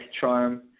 charm